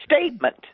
statement